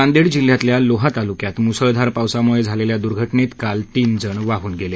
नांदेड जिल्ह्यातल्या लोहा तालुक्यात मुसळधार पावसामुळे झालेल्या दुर्घटनेत काल तीन जण वाहून गेले